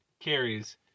Carries